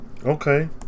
Okay